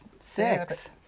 six